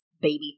baby